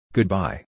Goodbye